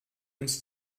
uns